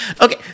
Okay